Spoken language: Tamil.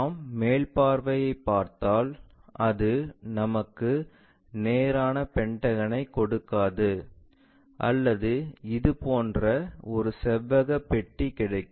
நாம் மேல் பார்வையைப் பார்த்தால் அது நமக்கு நேரான பென்டகனை கொடுக்காது அல்லது இதுபோன்ற ஒரு செவ்வகப் பெட்டி கிடைக்கும்